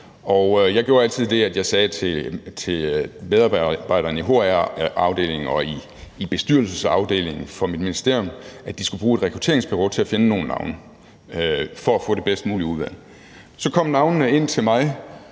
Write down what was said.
jeg gjorde altid det, at jeg sagde til alle medarbejderne i hr-afdelingen og i bestyrelsesafdelingen i mit ministerium, at de skulle bruge et rekrutteringsbureau til at finde nogle navne for at få det bedst mulige udvalg. Så kom navnene ind til mig,